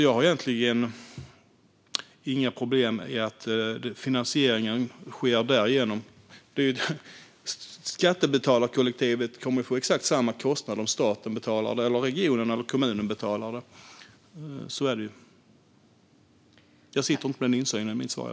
Jag har därför inga problem med att finansieringen sker den vägen. Skattebetalarkollektivet kommer att få samma kostnad oavsett om staten eller regionerna eller kommunerna betalar det. Men jag har som sagt ingen insyn i detta.